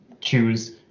choose